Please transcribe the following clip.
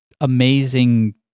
amazing